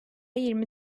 yirmi